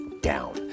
down